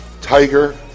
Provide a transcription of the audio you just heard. tiger